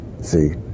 See